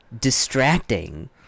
distracting